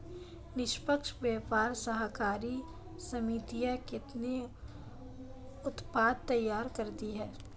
निष्पक्ष व्यापार सहकारी समितियां कितने उत्पाद तैयार करती हैं?